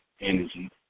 energy